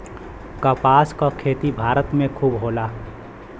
कपास क खेती भारत में खूब होला